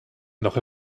noch